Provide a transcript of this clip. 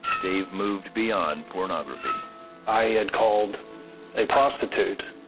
dave moved beyond pornography i had called a prostitute,